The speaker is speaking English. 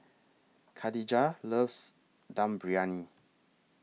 Kadijah loves Dum Briyani